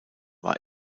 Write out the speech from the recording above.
war